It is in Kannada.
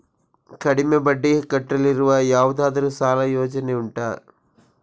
ಕಡಿಮೆ ಬಡ್ಡಿ ಕಟ್ಟಲಿಕ್ಕಿರುವ ಯಾವುದಾದರೂ ಸಾಲ ಯೋಜನೆ ಉಂಟಾ